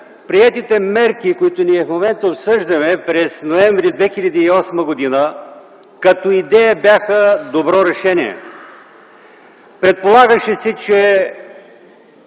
приетите мерки, които ние в момента обсъждаме, през м. ноември 2008 г. като идея бяха добро решение. Предполагаше се, че